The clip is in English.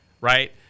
right